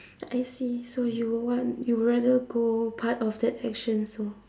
I see so you would want you would rather go part of that action so